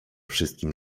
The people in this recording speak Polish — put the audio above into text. wszystkim